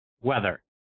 weather